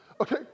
Okay